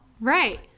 right